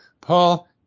Paul